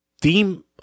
theme